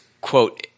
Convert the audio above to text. quote